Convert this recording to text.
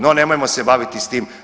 No nemojmo se baviti s tim.